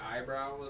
eyebrow